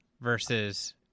versus